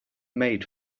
made